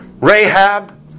Rahab